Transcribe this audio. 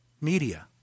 media